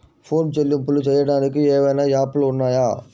Phone చెల్లింపులు చెయ్యటానికి ఏవైనా యాప్లు ఉన్నాయా?